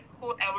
whoever